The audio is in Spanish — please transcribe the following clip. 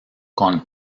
con